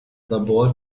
labor